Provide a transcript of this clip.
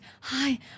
hi